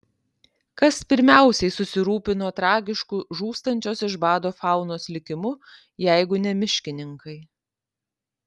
kas pirmiausiai susirūpino tragišku žūstančios iš bado faunos likimu jeigu ne miškininkai